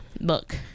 look